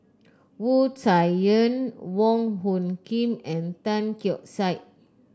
Wu Tsai Yen Wong Hung Khim and Tan Keong Saik